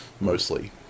Mostly